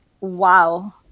wow